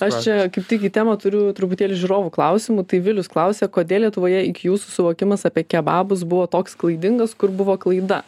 aš čia kaip tik į temą turiu truputėlį žiūrovų klausimų tai vilius klausia kodėl lietuvoje iki jūsų suvokimas apie kebabus buvo toks klaidingas kur buvo klaida